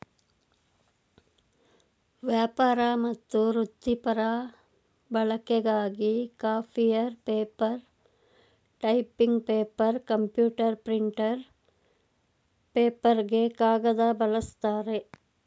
ವ್ಯಾಪಾರ ಮತ್ತು ವೃತ್ತಿಪರ ಬಳಕೆಗಾಗಿ copier paper typing paper computer printer ಪೇಪರ್ಗೆ ಕಾಗದ ಬಳಸ್ತಾರೆ